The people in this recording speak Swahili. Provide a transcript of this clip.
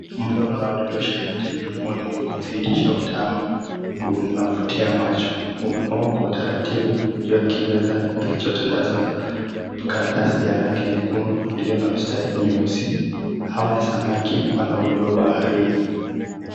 Mlo unaodondosha mate mdomoni kudhihirisha utamu unavutia macho umepangwa kwa utaratibu juu ya kimeza kilichotandaza karatasi ya rangi nyekundu iliyo na mistari meusi. Hawa ni samaki wanaovuliwa baharini.